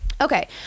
Okay